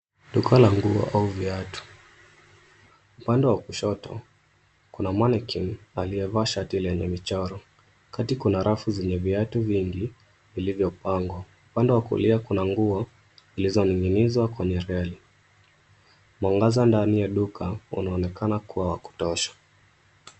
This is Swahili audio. Duka la nguo au viatu. Upande wa kushoto kuna mannequin aliyevaa shati lenye michoro. Kati kuna rafu zenye viatu vingi vilivyopangwa. Upande wa kulia kuna nguo zilizoning'inizwa kwenye reli. Mwangaza ndani ya duka unaonekana kuwa wa kutosha.